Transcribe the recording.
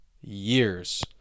years